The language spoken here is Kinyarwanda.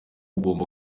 ugomba